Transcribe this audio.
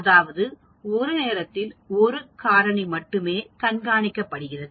அதாவது ஒரு நேரத்தில் ஒரு காரணி மட்டுமே கண்காணிக்க படுகிறது